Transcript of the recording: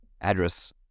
address